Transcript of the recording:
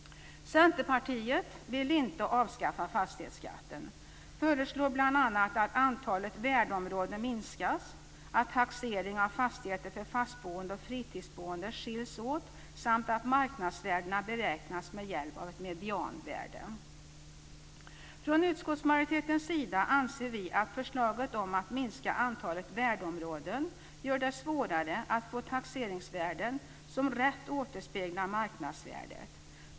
Centerpartiet vill inte avskaffa fastighetsskatten. Man föreslår bl.a. att antalet värdeområden minskas, att taxeringen av fastigheter för fastboende och fritidsboende skiljs åt samt att marknadsvärdena beräknas med hjälp av ett medianvärde. Från utskottsmajoritetens sida anser vi att förslaget om att minska antalet värdeområden gör det svårare att få taxeringsvärden som rätt återspeglar marknadsvärdet.